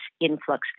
influx